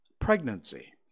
pregnancy